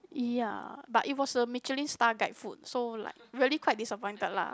ya but it was a Michelin Star guide food so like really quite disappointed lah